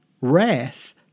wrath